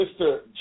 Mr